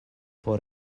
por